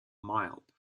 mild